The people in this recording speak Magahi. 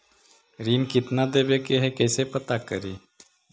ऋण कितना देवे के है कैसे पता करी?